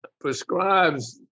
prescribes